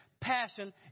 passion